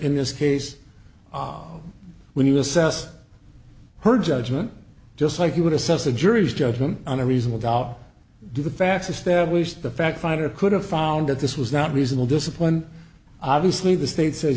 in this case when you assess her judgment just like you would assess the jury's judgment on a reasonable doubt the facts established the fact finder could have found that this was not reasonable discipline obviously the state says